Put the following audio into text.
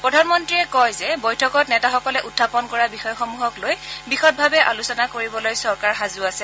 প্ৰধানমন্ত্ৰীয়ে কয় যে বৈঠকত নেতাসকলে উখাপন কৰা বিষয়সমূহক লৈ বিশদভাৱে আলোচনা কৰিবলৈ চৰকাৰ সাজু আছে